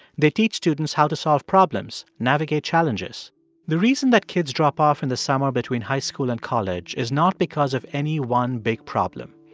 they teach students how to solve problems, navigate challenges the reason that kids drop off in the summer between high school and college is not because of any one big problem.